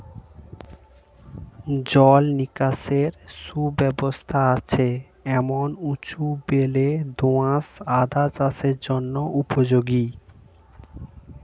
জল নিকাশের সুব্যবস্থা আছে এমন উঁচু বেলে দোআঁশ আদা চাষের জন্য উপযোগী